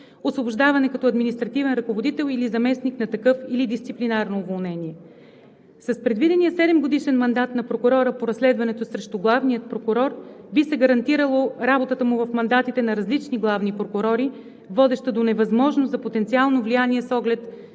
освобождаване като административен ръководител или заместник на такъв, или дисциплинарно уволнение. С предвидения 7-годишен мандат на прокурора по разследването срещу главния прокурор би се гарантирала работата му в мандатите на различни главни прокурори, водеща до невъзможност за потенциално влияние с оглед